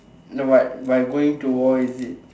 now what by going to war is it